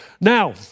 Now